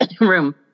room